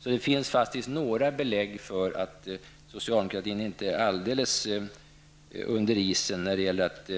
Så det finns belägg för att socialdemokratin inte är alldeles under isen när det gäller att